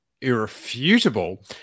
irrefutable